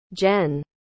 Jen